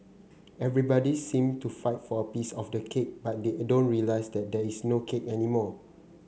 everybody seem to fight for a piece of the cake but they don't realise that there is no cake anymore